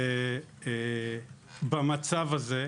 ובמצב הזה,